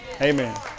Amen